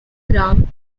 ground